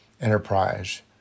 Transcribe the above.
enterprise